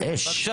מה זה, אש.